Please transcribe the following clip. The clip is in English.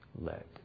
let